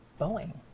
Boeing